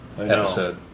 episode